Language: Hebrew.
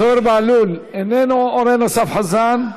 זוהיר בהלול, איננו, אורן אסף חזן,